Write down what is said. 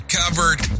covered